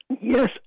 Yes